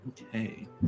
Okay